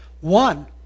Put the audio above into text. one